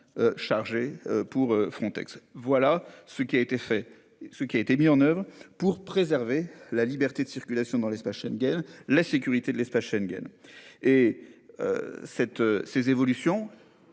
chargé pour Frontex. Voilà ce qui a été fait, ce qui a été mis en oeuvre pour préserver la liberté de circulation dans l'espace Schengen, la sécurité de l'espace Schengen et. Cette ces évolutions.